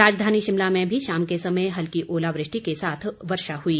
राजधानी शिमला में भी शाम के समय हल्की ओलावृष्टि के साथ वर्षा हुई